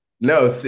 No